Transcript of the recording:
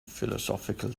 philosophical